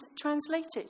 translated